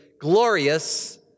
glorious